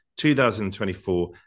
2024